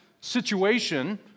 situation